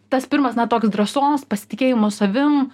tas pirmas na toks drąsos pasitikėjimo savim